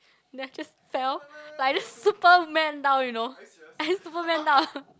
then I just fell like I just Superman down you know I just Superman down